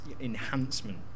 enhancement